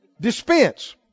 Dispense